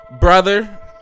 brother